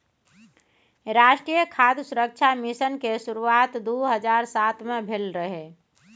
राष्ट्रीय खाद्य सुरक्षा मिशन के शुरुआत दू हजार सात मे भेल रहै